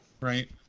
right